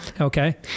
Okay